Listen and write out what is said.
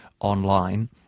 online